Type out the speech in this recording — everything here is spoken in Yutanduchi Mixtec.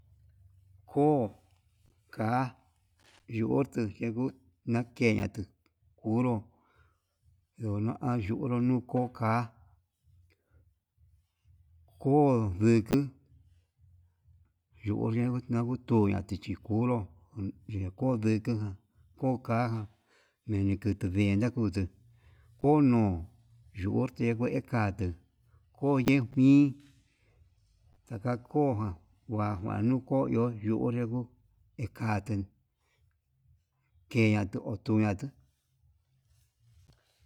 Ko'o ka'á yengorto yenguu nakeña nguru nuu ayunu nguu ko'o ka'á ko'o nguku yo'o yengu nangu tuña ndichi nguru yeko nduku ko ka'a minikutu ndingue kutu kono'o yo yerkue katuu, ko'o yee njuin taka ko'o ján huajua nuu koi yuu onrego nikante keñatu otuñatu.